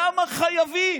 למה חייבים?